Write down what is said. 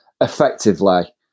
effectively